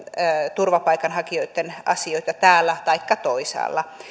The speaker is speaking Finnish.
turvapaikanhakijoitten asioita täällä taikka toisaalla